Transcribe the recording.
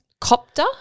Copter